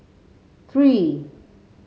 three